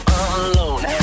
alone